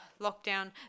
lockdown